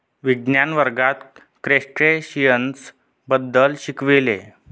विज्ञान वर्गात क्रस्टेशियन्स बद्दल शिकविले